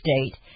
state